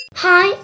Hi